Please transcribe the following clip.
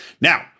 Now